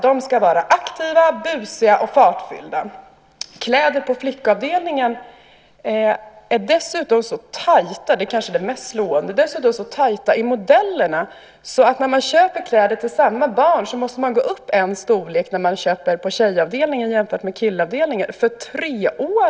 De ska vara aktiva, busiga och fartfyllda. Kläder på flickavdelningen är dessutom så tajta i modellerna - det är kanske de mest slående - att när man köper kläder till samma barn måste man för treåringar gå upp en storlek när man köper på tjejavdelningen jämfört med killavdelningen.